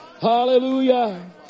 hallelujah